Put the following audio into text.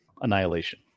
annihilation